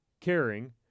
caring